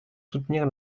soutenir